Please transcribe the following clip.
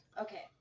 Okay